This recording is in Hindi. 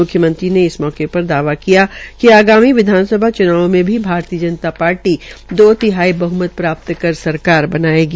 म्ख्यमंत्री ने इस मौके पर दावा किया कि अगामी विधानसभा च्नाव में भी भारतीय जनता पार्टी दो तिहाई बहमत प्राप्त् कर सरकार बनायेगी